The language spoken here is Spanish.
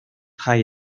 high